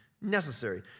necessary